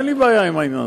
אין לי בעיה עם זה.